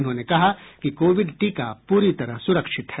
उन्होंने कहा कि कोविड टीका पूरी तरह सुरक्षित है